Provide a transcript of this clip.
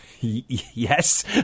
Yes